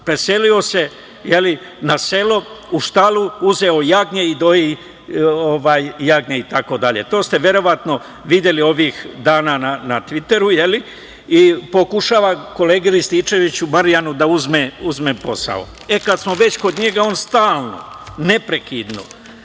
preselio se na selo, u štalu, uzeo jagnje i doji jagnjad, itd. To ste verovatno videli ovih dana na tviteru, i pokušava kolegi Marijanu Rističeviću da uzme posao. Kad smo već kod njega, on stalno, neprekidno